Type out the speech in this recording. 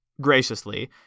graciously